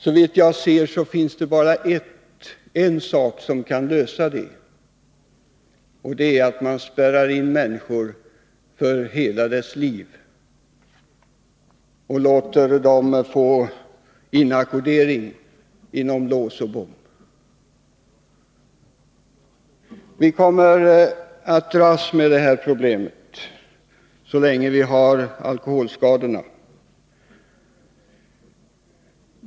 Såvitt jag kan se finns det bara en sak som kan lösa detta, och det är att man spärrar in människor för hela deras liv och låter dem få inackordering bakom lås och bom. Vi kommer att dras med detta problem så länge vi har alkoholskadorna.